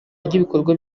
ry’ibikorwa